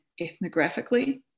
ethnographically